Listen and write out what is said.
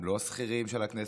הם לא שכירים של הכנסת,